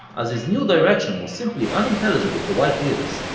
as his new direction was simply unintelligible for white ears,